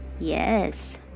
Yes